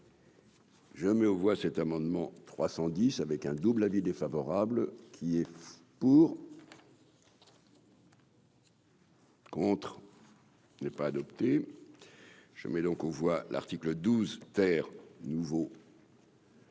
Je mets aux voix cet amendement 310 avec un double avis défavorable qui est pour. Contre. N'est pas adopté, je mets donc aux voix, l'article 12 ter nouveau.